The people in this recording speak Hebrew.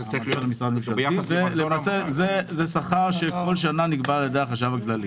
זה שכר שכל שנה נקבע על-ידי החשב הכללי.